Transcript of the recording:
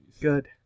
Good